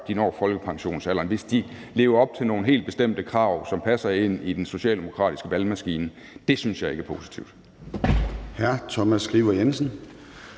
de når folkepensionsalderen, hvis de lever op til nogle helt bestemte krav, som passer ind i den socialdemokratiske valgmaskine, synes jeg ikke er positivt.